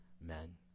men